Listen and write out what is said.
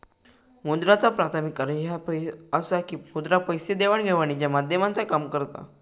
मुद्राचा प्राथमिक कार्य ह्या असा की मुद्रा पैसे देवाण घेवाणीच्या माध्यमाचा काम करता